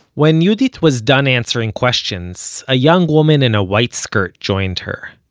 when yehudit was done answering questions, a young woman in a white skirt joined her.